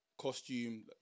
Costume